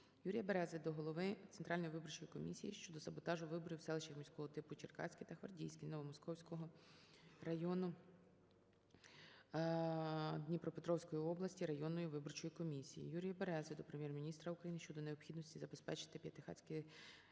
Юрія Берези до Голови Центральної виборчої комісії щодо саботажу виборів у селищах міського типу Черкаське та Гвардійське Новомосковського району Дніпропетровської області районною виборчою комісією. Юрія Берези до Прем'єр-міністра України щодо необхідності забезпечитиП'ятихатський